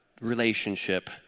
relationship